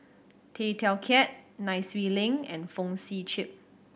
Tay Teow Kiat Nai Swee Leng and Fong Sip Chee